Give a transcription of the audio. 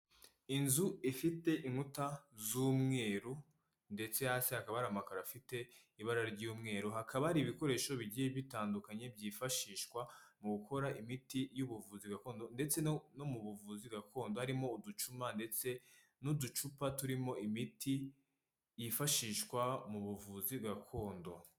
Inzu ifite inkuta z'umweru, ndetse hasi hakaba hari amakaro afite ibara ry'umweru, hakaba hari ibikoresho bigiye bitandukanye, byifashishwa mu gukora imiti y'ubuvuzi gakondo, ndetse no mu buvuzi gakondo, harimo uducuma, ndetse n'uducupa turimo imiti yifashishwa mu buvuzi gakondo.